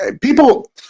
people